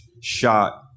shot